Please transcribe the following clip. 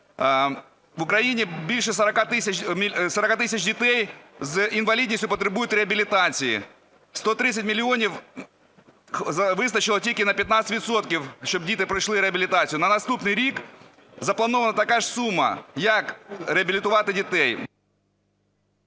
В Україні більше 40 тисяч дітей з інвалідністю потребують реабілітації, 130 мільйонів вистачило тільки на 15 відсотків, щоб діти пройшли реабілітацію, на наступний рік запланована така ж сума. Як реабілітувати дітей?